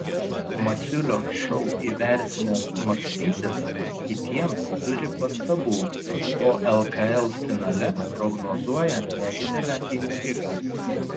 masiulio šou įvertinęs maksvytis kitiems turi pastabų o lkl finale prognozuoja nedidelę intrigą